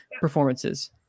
performances